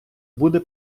буде